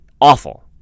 Awful